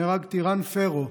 נהרג טירן פרו,